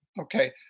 Okay